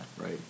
Right